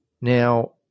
Now